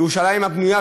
לירושלים הבנויה,